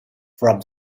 from